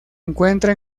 encuentra